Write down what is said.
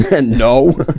no